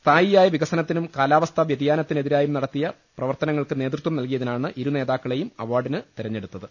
സ്ഥായിയായ വികസനത്തിനും കാലാവസ്ഥാ വ്യതിയാന ത്തിനെതിരായും നടത്തിയ പ്രവർത്തനങ്ങൾക്ക് നേതൃത്വം നൽകി യതിനാണ് ഇരുനേതാക്കളെയും അവാർഡിന് തെരഞ്ഞെടുത്തത്